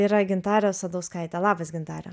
yra gintarė sadauskaitė labas gintare